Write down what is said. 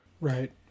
Right